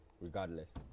regardless